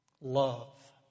love